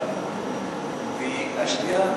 כביש, והשנייה,